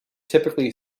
typically